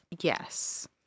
Yes